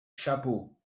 chapeaux